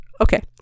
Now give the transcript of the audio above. Okay